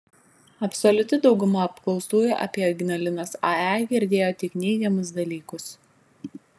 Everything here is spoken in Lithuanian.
absoliuti dauguma apklaustųjų apie ignalinos ae girdėjo tik neigiamus dalykus